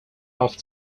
off